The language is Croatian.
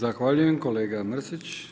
Zahvaljujem kolega Mrsić.